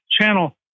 Channel